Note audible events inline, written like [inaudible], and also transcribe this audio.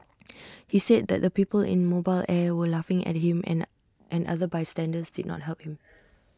he said that the people in mobile air were laughing at him and [unintelligible] and other bystanders did not help him